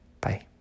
bye